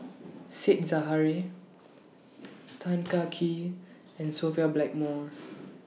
Said Zahari Tan Kah Kee and Sophia Blackmore